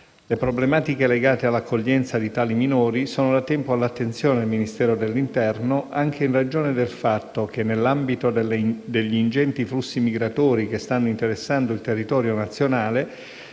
Le problematiche legate all'accoglienza di tali minori sono da tempo all'attenzione del Ministero dell'interno, anche in ragione del fatto che, nell'ambito degli ingenti flussi migratori che stanno interessando il territorio nazionale,